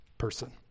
person